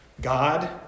God